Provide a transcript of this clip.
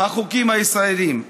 החוקים הישראליים.